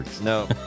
No